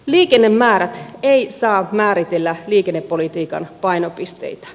liikennemäärät eivät saa määritellä liikennepolitiikan painopisteitä